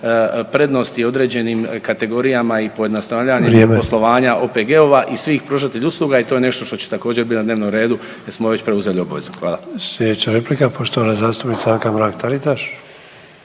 prednosti određenim kategorijama i pojednostavljanje …/Upadica: Vrijeme./… poslovanja OPG-ova i svih pružatelja usluga i to je nešto što će također biti na dnevnom redu jer smo već preuzeli obavezu. **Sanader, Ante (HDZ)** Slijedeća replika poštovana zastupnica Anka Mrak Taritaš.